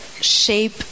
shape